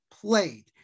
played